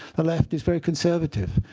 the left is very conservative.